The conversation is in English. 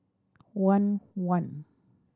one one